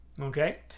okay